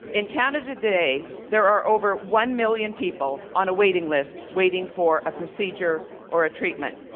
in canada today, there are over one million people on a waiting list waiting for a procedure or a treatment.